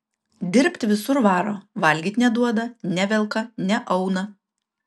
dirbt visur varo valgyt neduoda nevelka neauna